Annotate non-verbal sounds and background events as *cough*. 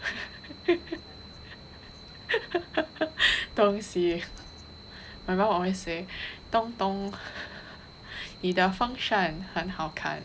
*laughs* *laughs* 东西 my mum always say 东东你的风扇很好看